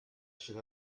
should